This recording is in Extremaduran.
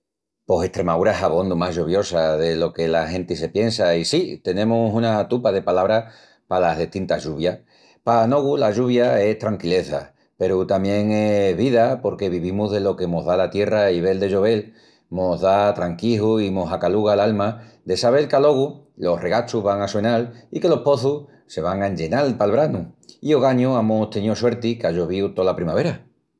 Pos Estremaúra es abondu más lloviosa delo que la genti se piensa i sí, tenemus una tupa de palabras palas destintas lluvias. Pa nogu la lluvia es tranquileza peru tamién es vida porque vivimus delo que mos da la tierra i vel de llovel mos da atranquiju i mos acaluga l'alma de sabel que alogu los regachus van a suenal i que los pozus se van a enllenal pal branu. I ogañu amus teníu suerti qu'á llovíu tola primavera.